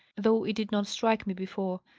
though it did not strike me before.